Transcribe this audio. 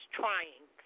trying